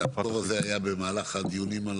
הפטור הזה היה במהלך הדיונים?